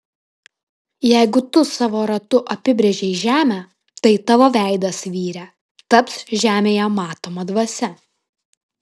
jeigu tu savo ratu apibrėžei žemę tai tavo veidas vyre taps žemėje matoma dvasia